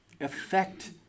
affect